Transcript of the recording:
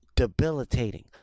Debilitating